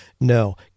No